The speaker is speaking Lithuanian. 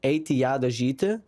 eiti ją dažyti